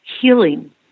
healing